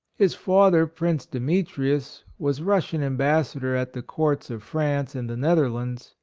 his father, prince demetrius, was russian ambassador at the courts of france and the netherlands,